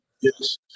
Yes